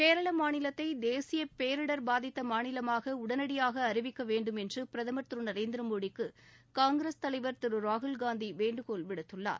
கேரள மாநிலத்தில் தேசிய பேரிடர் பாதித்த மாநிலமாக உடனடியாக அறிவிக்க வேண்டும் என்று பிரதமர் திரு நரேந்திர மோடிக்கு காங்கிரஸ் தலைவர் திரு ராகுல் காந்தி வேண்டுகோள் விடுத்துள்ளார்